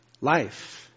Life